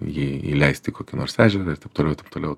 jį įleist į kokį nors ežerą ir taip toliau taip toliau